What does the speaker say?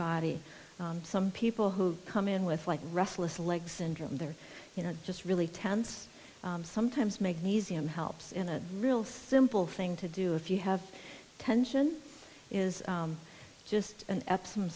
body some people who come in with like restless legs syndrome they're you know just really tense sometimes make museum helps in a real simple thing to do if you have tension is just an epso